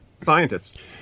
scientists